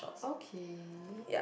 okay